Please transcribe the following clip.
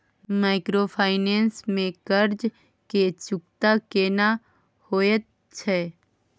Microfinance में कर्ज के चुकता केना होयत छै?